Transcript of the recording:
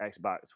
Xbox